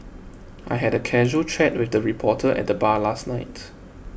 I had a casual chat with a reporter at the bar last night